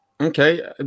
okay